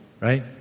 right